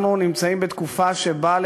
אנחנו נמצאים בתקופה שבה,